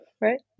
right